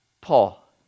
Paul